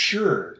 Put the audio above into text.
sure